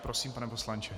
Prosím, pane poslanče.